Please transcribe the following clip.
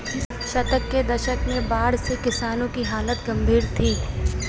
सत्तर के दशक में बाढ़ से किसानों की हालत गंभीर थी